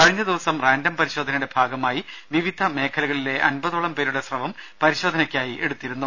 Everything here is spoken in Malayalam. കഴിഞ്ഞ ദിവസം റാൻഡം പരിശോധനയുടെ ഭാഗമായി വിവിധ മേഖലകളിലെ അമ്പതോളം പേരുടെ സ്രവം പരിശോധനയ്ക്കായി എടുത്തിരുന്നു